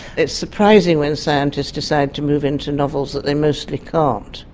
it's surprising when scientists decide to move into novels that they mostly can't,